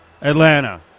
Atlanta